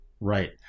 Right